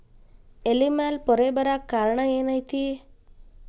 ಎಲೆ ಮ್ಯಾಲ್ ಪೊರೆ ಬರಾಕ್ ಕಾರಣ ಏನು ಐತಿ?